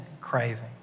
craving